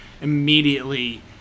immediately